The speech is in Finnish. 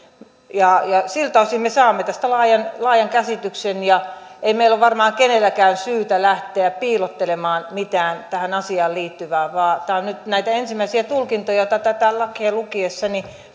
siltä osin me saamme tästä laajan laajan käsityksen ei meillä ole varmaan kenelläkään syytä lähteä piilottelemaan mitään tähän asiaan liittyvää vaan tämä on nyt näitä ensimmäisiä tulkintoja joita tätä lakia lukiessa